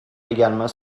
également